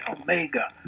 omega